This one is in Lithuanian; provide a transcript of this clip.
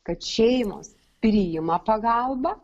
kad šeimos priima pagalbą